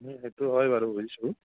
সেইটো হয় বাৰু বুজিছোঁ